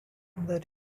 that